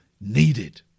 needed